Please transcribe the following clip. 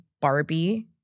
Barbie